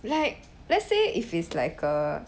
like let's say if it's like a